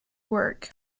work